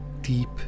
deep